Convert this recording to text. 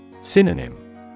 Synonym